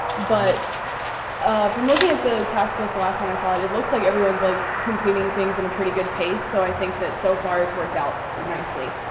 but from looking at the task list the last time i saw it, it looks like everyone's like completing things in a pretty good pace. so i think that so far it's worked out um nicely.